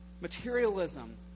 materialism